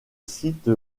site